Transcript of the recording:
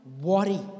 worry